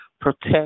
protect